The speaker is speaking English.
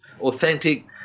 authentic